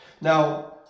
Now